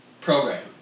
program